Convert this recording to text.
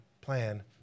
plan